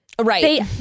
Right